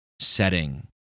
setting